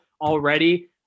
already